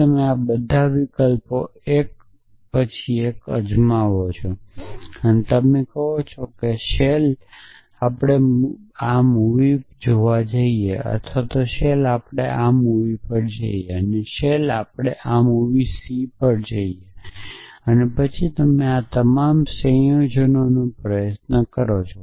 તમે આ બધા વિકલ્પો 1 પછી 1 અજમાવો છો તમે કહો છો કે આપણે આ મૂવી a જોવા જઈએ અથવા આપણે આ મૂવી b જોવા જઈએ છીએ અથવા આપણે આ મૂવી c જોવા જઈએ છીએ અને પછી આના તમામ સંયોજનોનો બનાવવાના પ્રયાસ કરીશું